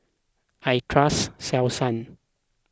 I trust Selsun